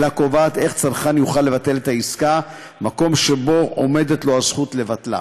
אלא קובעת איך צרכן יוכל לבטל עסקה במקום שבו עומדת לו הזכות לבטלה.